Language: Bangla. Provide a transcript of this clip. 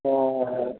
ও